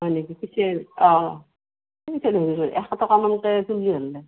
হয় নেকি পিছে অঁ তেনেকৈ নহয়জ'ল এশ টকামানকে তুল্লি হ'ল দে